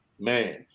Man